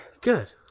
Good